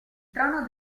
trono